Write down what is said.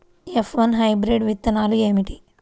F one hybrid విత్తనాలు ఏమిటి?